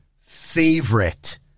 favorite